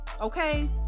okay